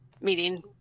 meeting